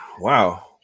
wow